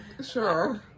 Sure